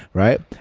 right?